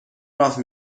راه